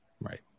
Right